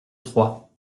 trois